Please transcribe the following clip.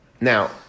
Now